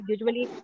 Usually